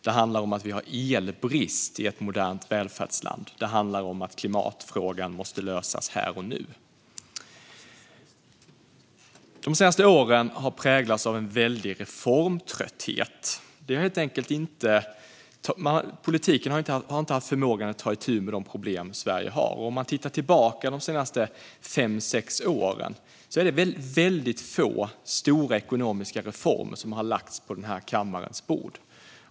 Det handlar om att vi har elbrist i ett modernt välfärdsland. Det handlar om att klimatfrågan måste lösas här och nu. De senaste åren har präglats av en väldig reformtrötthet. Politiken har helt enkelt inte haft förmåga att ta itu med de problem som Sverige har. Om man tittar tillbaka på de senaste fem sex åren är det väldigt få stora ekonomiska reformer som har lagts på den här kammarens bord.